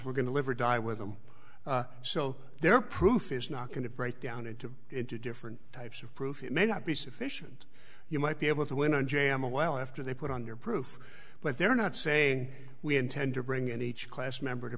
we're going to live or die with them so they're proof is not going to break down into into different types of proof it may not be sufficient you might be able to win a j m a while after they put on your proof but they're not saying we intend to bring in each class member to